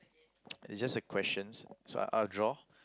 it's just the questions so I'll I'll draw